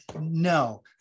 no